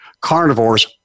Carnivores